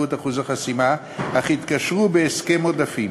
את אחוז החסימה אך התקשרו בהסכם עודפים.